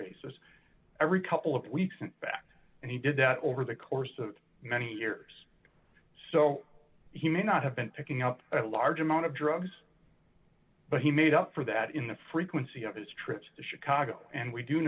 basis every couple of weeks in fact and he did that over the course of many years so he may not have been picking up a large amount of drugs but he made up for that in the frequency of his trips to chicago and we do